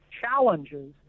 challenges